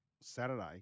Saturday